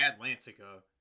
Atlantica